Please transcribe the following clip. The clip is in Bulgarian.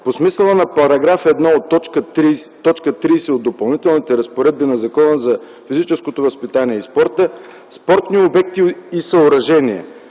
По смисъла на § 1, т. 30 от Допълнителните разпоредби на Закона за физическото възпитание и спорта: „Спортни обекти и съоръжения”